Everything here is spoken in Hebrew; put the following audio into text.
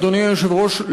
אדוני היושב-ראש,